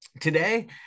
Today